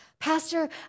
Pastor